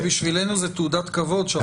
בשבילנו זו תעודת כבוד שהחוק הוא מסובך.